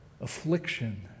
affliction